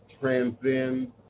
transcend